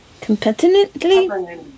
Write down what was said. Competently